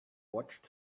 watched